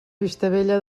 vistabella